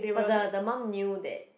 but the the mum knew that